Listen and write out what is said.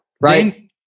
right